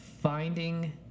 finding